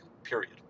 period